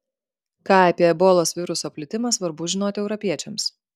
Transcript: ką apie ebolos viruso plitimą svarbu žinoti europiečiams